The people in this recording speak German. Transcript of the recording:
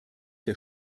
der